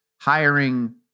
hiring